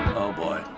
oh boy.